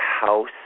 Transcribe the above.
house